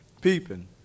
Peeping